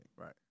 Right